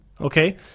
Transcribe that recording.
Okay